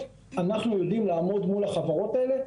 אנחנו יודעים לעמוד מול החברות האלה.